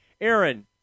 Aaron